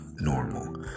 normal